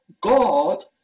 God